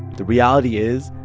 the reality is,